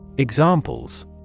Examples